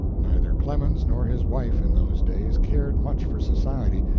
neither clemens nor his wife in those days cared much for society,